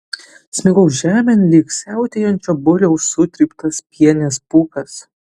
smigau žemėn lyg siautėjančio buliaus sutryptas pienės pūkas